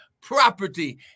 property